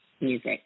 music